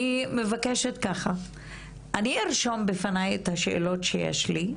אני ארשום בפניי את השאלות שיש לי,